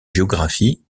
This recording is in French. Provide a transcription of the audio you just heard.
géographie